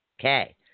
Okay